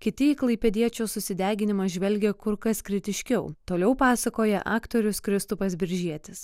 kiti į klaipėdiečių sudeginimą žvelgia kur kas kritiškiau toliau pasakoja aktorius kristupas biržietis